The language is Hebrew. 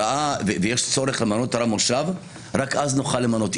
ויש צורך למנות רב מושב, רק אז נוכל למנות.